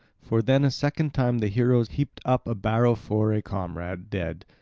for then a second time the heroes heaped up a barrow for a comrade dead.